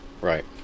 right